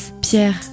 pierre